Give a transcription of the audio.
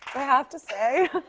i have to say?